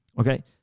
okay